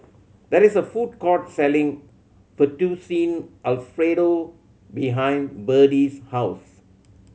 there is a food court selling Fettuccine Alfredo behind Berdie's house